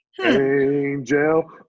Angel